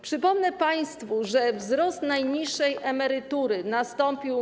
Przypomnę państwu, że wzrost najniższej emerytury nastąpił.